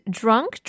drunk